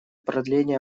продления